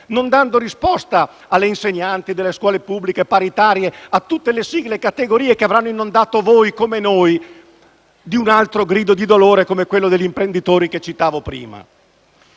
non dando risposta alle insegnanti delle scuole pubbliche e paritarie, a tutte le sigle della categoria, che avranno inondato voi, come noi, con un altro grido di dolore, analogo a quello degli imprenditori, che citavo in